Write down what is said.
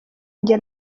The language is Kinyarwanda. jye